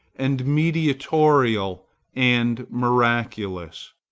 and mediatorial and miraculous.